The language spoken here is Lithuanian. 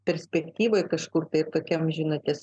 perspektyvoj kažkur tai tokiam